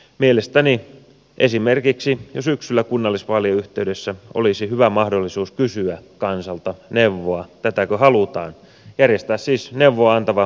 mielestäni esimerkiksi jo syksyllä kunnallisvaalien yhteydessä olisi hyvä mahdollisuus kysyä kansalta neuvoa tätäkö halutaan järjestää siis neuvoa antava kansanäänestys